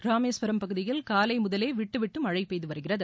இராமேஸ்வரம் பகுதியல் கூலை முதலே விட்டுவிட்டு மழை பெய்து வருகிறது